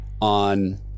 on